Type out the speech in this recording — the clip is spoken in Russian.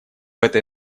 этой